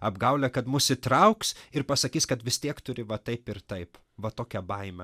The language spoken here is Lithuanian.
apgaulė kad mus įtrauks ir pasakys kad vis tiek turi va taip ir taip va tokia baimė